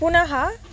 पुनः